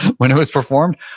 when it was performed,